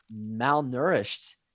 malnourished